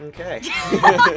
Okay